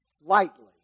lightly